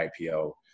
IPO